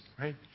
right